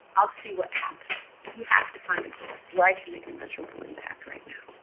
i'll see what happens. you have to find a goal where i can make a measurable impact right now